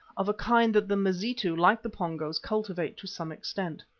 of a kind that the mazitu, like the pongos, cultivate to some extent.